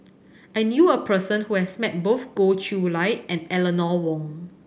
I knew a person who has met both Goh Chiew Lye and Eleanor Wong